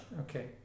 okay